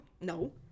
no